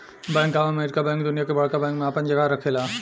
bank of America bank दुनिया के बड़का बैंक में आपन जगह रखेला